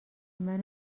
منو